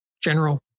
general